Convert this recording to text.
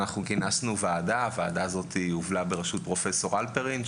כינסנו ועדה שהובלה על ידי פרופסור הלפרין,